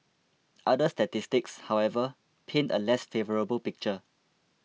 other statistics however paint a less favourable picture